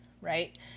right